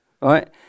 right